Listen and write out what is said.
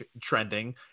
trending